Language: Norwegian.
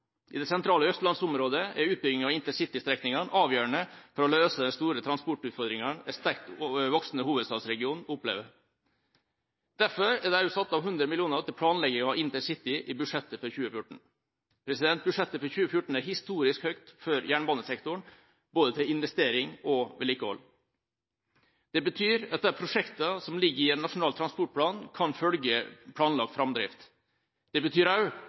I det sentrale østlandsområdet er utbygginga av intercitystrekningene avgjørende for å løse de store transportutfordringene en sterkt voksende hovedstadsregion opplever. Derfor er det satt av 100 mill. kr til planlegging av intercity i budsjettet for 2014. Budsjettet for 2014 er historisk høyt for jernbanesektoren, både til investering og til vedlikehold. Det betyr at de prosjektene som ligger i Nasjonal transportplan, kan følge planlagt framdrift. Det betyr